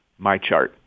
MyChart